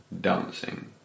dancing